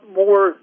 more